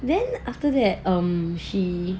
then after that um she